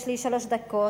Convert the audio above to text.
יש לי שלוש דקות,